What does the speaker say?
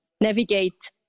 navigate